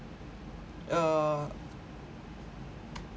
uh